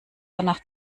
danach